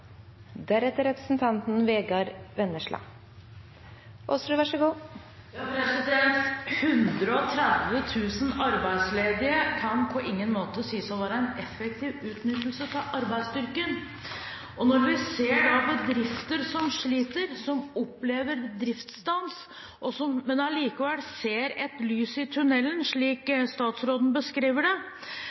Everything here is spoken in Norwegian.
arbeidsledige kan på ingen måte sies å være en effektiv utnyttelse av arbeidsstyrken. Når vi ser bedrifter som sliter, som opplever driftsstans, men allikevel ser et lys i tunnelen slik statsråden beskriver det,